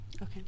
Okay